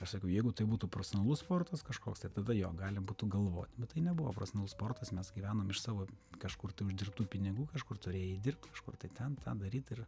aš sakau jeigu tai būtų profesionalus sportas kažkoks tai tada jo gali būtų galvot bet tai nebuvo profesionalus sportas mes gyvenam iš savo kažkur tai uždirbtų pinigų kažkur turėjai dirbt kažkur tai ten tą daryt ir